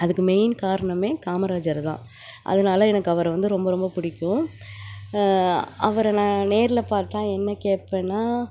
அதுக்கு மெயின் காரணமே காமராஜரு தான் அதனால எனக்கு அவரை வந்து ரொம்ப ரொம்ப பிடிக்கும் அவரை நான் நேரில் பார்த்தால் என்ன கேட்பேன்னா